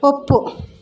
ಒಪ್ಪು